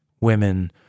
women